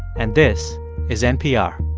and this is npr